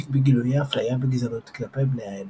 ונאבקת בגילויי אפליה וגזענות כלפי בני העדה.